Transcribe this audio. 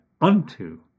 unto